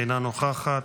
אינה נוכחת.